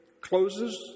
closes